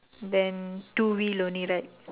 then two wheel only right